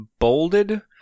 bolded